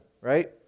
right